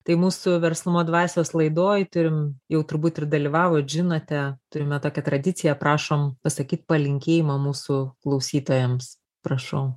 tai mūsų verslumo dvasios laidoj turim jau turbūt ir dalyvavot žinote turime tokią tradiciją prašom pasakyt palinkėjimą mūsų klausytojams prašau